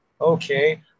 Okay